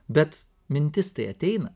bet mintis tai ateina